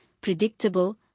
predictable